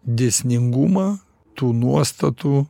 dėsningumą tų nuostatų